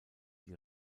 die